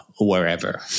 wherever